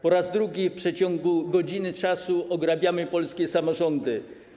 Po raz drugi w przeciągu godziny ograbiamy polskie samorządy.